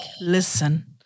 Listen